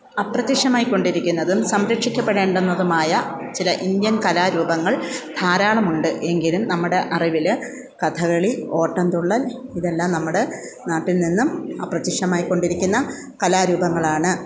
അപ്രത്യക്ഷമായിക്കൊണ്ടിരിക്കുന്നതും സംരക്ഷിക്കപ്പെടേണ്ടുന്നതുമായ ചില ഇന്ത്യൻ കലാരൂപങ്ങൾ ധാരാളമുണ്ട് എങ്കിലും നമ്മുടെ അറിവിൽ കഥകളി ഓട്ടംതുള്ളൽ ഇതെല്ലാം നമ്മുടെ നാട്ടിൽനിന്നും അപ്രത്യക്ഷമായിക്കൊണ്ടിരിക്കുന്ന കലാരൂപങ്ങളാണ്